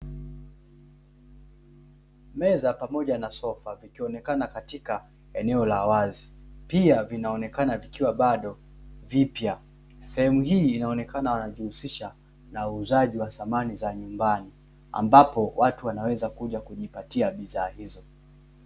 Meza pamoja na sofa vikionekana katika eneo la wazi, pia vinaonekana vikiwa bado vipya. Sehemu hii inaonekana wanajihusisha na uuzaji wa samani za nyumbani, ambapo watu wanaweza kuja kujipatia bidhaa hizo.